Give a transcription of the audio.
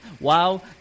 wow